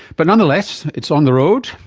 but nonetheless it's on the road,